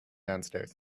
downstairs